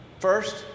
First